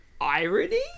irony